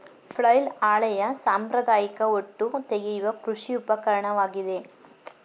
flail ಹಳೆಯ ಸಾಂಪ್ರದಾಯಿಕ ಹೊಟ್ಟು ತೆಗೆಯುವ ಕೃಷಿ ಉಪಕರಣವಾಗಿದೆ